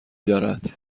دارد